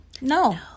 no